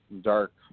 dark